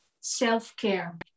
self-care